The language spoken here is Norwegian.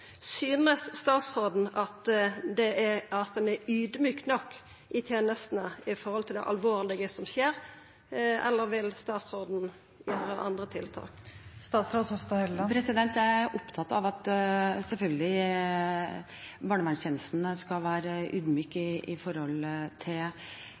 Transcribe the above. statsråden at ein er audmjuk nok i tenestene i forhold til det alvorlege som skjer, eller vil statsråden gjera andre tiltak? Jeg er selvfølgelig opptatt av at barnevernstjenesten skal